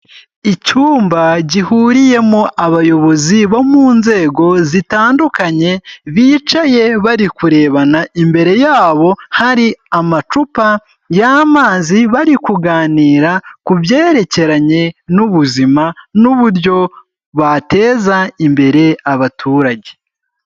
Icyumba gihuriyemo abayobozi bo mu nzego zitandukanye, bicaye bari kurebana, imbere yabo hari amacupa y'amazi, bari kuganira ku byerekeranye n'ubuzima n'uburyo bateza imbere abaturage.